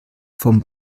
vom